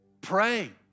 Pray